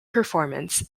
performance